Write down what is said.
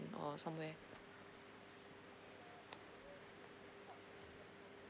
or somewhere